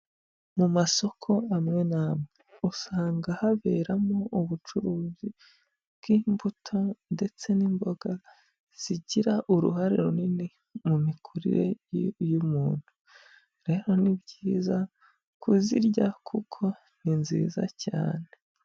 Mu masoko amwe n'amwe usanga haberamo ubucuruzi bw'imbuto ndetse n'imboga zigira uruhare runini mu mikurire y'umuntu. Rero ni byiza kuzirya kuko ni nziza cyane.